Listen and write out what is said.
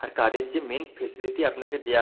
আর কার্ডের যে main facility আপনাকে দেওয়া